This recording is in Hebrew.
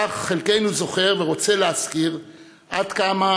אך חלקנו זוכר ורוצה להזכיר עד כמה